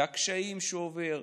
והקשיים שהוא עובר,